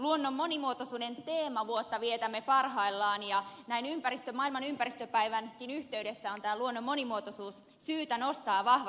luonnon monimuotoisuuden teemavuotta vietämme parhaillaan ja näin maailman ympäristöpäivänkin yhteydessä on tämä luonnon monimuotoisuus syytä nostaa vahvasti esiin